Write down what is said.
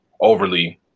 overly